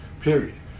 Period